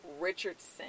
Richardson